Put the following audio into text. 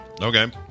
Okay